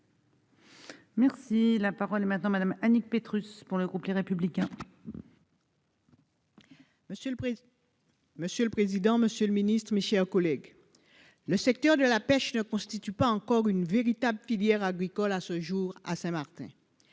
Merci, la parole est maintenant madame Annick Petrus pour le groupe Les Républicains. Monsieur le président. Monsieur le président, Monsieur le Ministre, mes chers collègues, le secteur de la pêche ne constitue pas encore une véritable filière agricole à ce jour à Saint-Martin